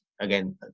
again